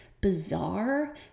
bizarre